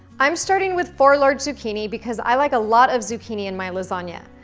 i'm starting with four large zucchini because i like a lot of zucchini in my lasagna.